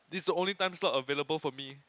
this is the only time slot available for me